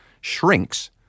shrinks